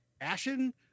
Ashen